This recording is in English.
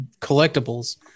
collectibles